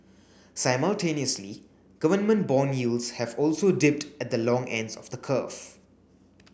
simultaneously government bond yields have also dipped at the long ends of the curve